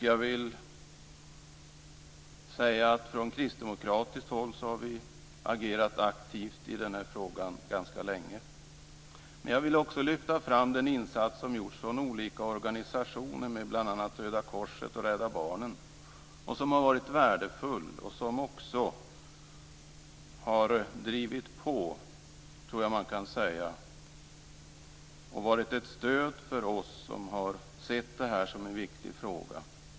Jag vill säga att vi från kristdemokratiskt håll har agerat aktivt i denna fråga ganska länge. Jag vill också lyfta fram den insats som gjorts från olika organisationer, bl.a. Röda korset och Rädda Barnen, som har varit värdefull och som jag tror man kan säga också har drivit på och varit ett stöd för oss som har sett detta som en viktig fråga.